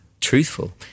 truthful